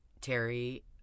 Terry